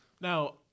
Now